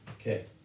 Okay